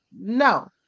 no